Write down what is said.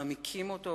מעמיקים אותו,